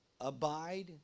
abide